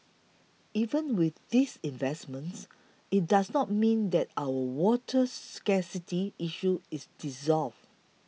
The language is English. even with these investments it does not mean that our water scarcity issue is resolved